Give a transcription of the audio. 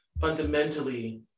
fundamentally